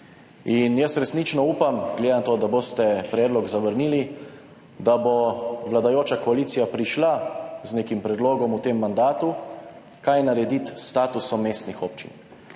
Jaz resnično upam, glede na to, da boste predlog zavrnili, da bo vladajoča koalicija prišla z nekim predlogom v tem mandatu, kaj narediti s statusom mestnih občin.